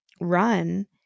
run